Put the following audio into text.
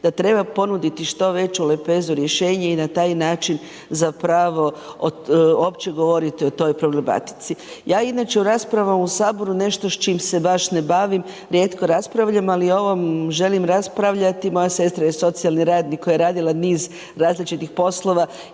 da treba ponuditi što veću lepezu rješenja i na taj način zapravo opće govoriti o toj problematici. Ja inače u raspravama u ovom Saboru nešto s čim se baš ne bavim, rijetko raspravljam, ali o ovom želim raspravljati, moja sestra je socijalni radnik koja je radila niz različitih poslova